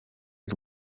y’u